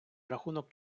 рахунок